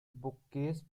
bookcase